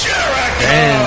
Jericho